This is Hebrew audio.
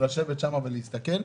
מלשבת שם ולהסתכל.